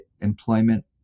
employment